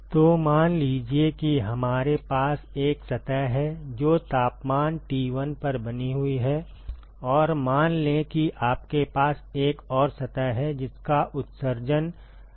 तो मान लीजिए कि हमारे पास एक सतह है जो तापमान T1 पर बनी हुई है और मान लें कि आपके पास एक और सतह है जिसका उत्सर्जन epsilon1 है